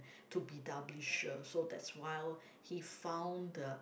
to be doubly sure so that's while he found the